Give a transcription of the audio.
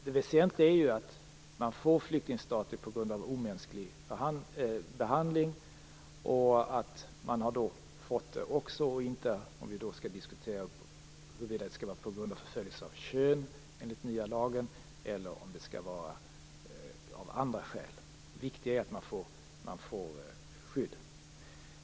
Det väsentliga är ju att man får flyktingstatus på grund av omänsklig behandling - inte att diskutera huruvida det skall vara för förföljelse på grund av kön, enligt den nya lagen, eller om det skall vara av andra skäl. Det viktiga är att man får skydd.